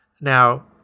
Now